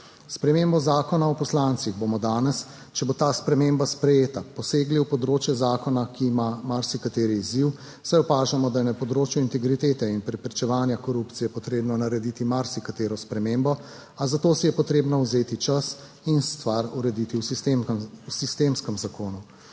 spremembo Zakona o poslancih bomo danes, če bo ta sprememba sprejeta, posegli v področje zakona, ki ima marsikateri izziv, saj opažamo, da je na področju integritete in preprečevanja korupcije potrebno narediti marsikatero spremembo, a za to si je potrebno vzeti čas in stvar urediti v sistemskem zakonu.